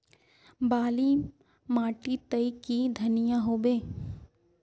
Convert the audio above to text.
बाली माटी तई की धनिया होबे?